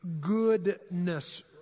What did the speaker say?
goodness